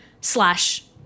slash